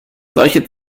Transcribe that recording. solche